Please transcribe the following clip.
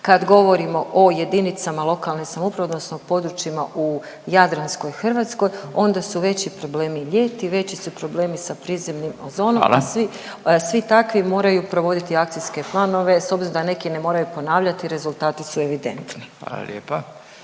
kad govorimo o jedinicama lokalne samouprave, odnosno područjima u jadranskoj Hrvatskoj onda su veći problemi ljeti, veći su problemi sa prizemnim ozonom. …/Upadica Radin: Hvala./… Svi takvi moraju provoditi akcijske planove, s obzirom da neki ne moraju ponavljati rezultati su evidentni. **Radin,